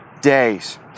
days